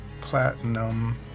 platinum